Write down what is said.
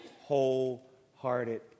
wholehearted